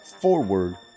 forward